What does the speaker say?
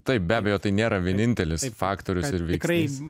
taip be abejo tai nėra vienintelis faktorius ir veiksnys